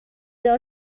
دار